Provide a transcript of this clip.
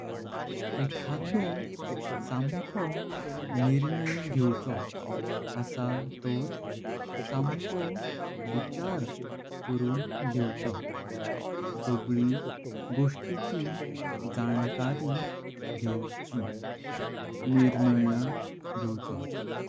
एकादो संको निर्णय घेवचो आसा। तोर संको विचार करून घेवचो सगळी गोष्टीची जाणकारी घेवनुच निर्णय घेवचो।